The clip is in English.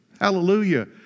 Hallelujah